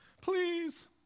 Please